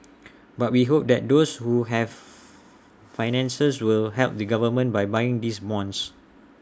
but we hope that those who have finances will help the government by buying these bonds